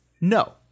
No